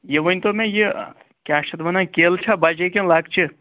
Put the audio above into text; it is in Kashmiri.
یہِ ؤنۍتو مےٚ یہِ کیٛاہ چھِ اَتھ ونان کیلہٕ چھا بَجے کِنہٕ لۄکچہٕ